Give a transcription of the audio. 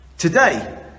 Today